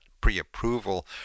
pre-approval